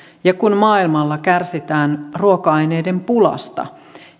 ja kun maailmalla kärsitään ruoka aineiden pulasta